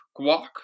guac